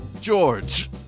George